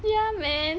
ya man